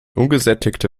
ungesättigte